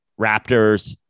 Raptors